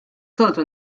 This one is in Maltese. soltu